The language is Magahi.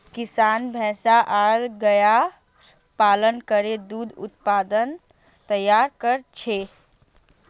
किसान भैंस आर गायर पालन करे दूध उत्पाद तैयार कर छेक